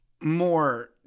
more